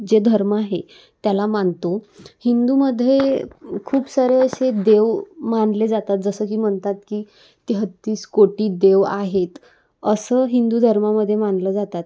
जे धर्म आहे त्याला मानतो हिंदूमध्ये खूप सारे असे देव मानले जातात जसं की म्हणतात की तेहेतीस कोटी देव आहेत असं हिंदू धर्मामध्ये मानलं जातात